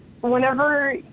whenever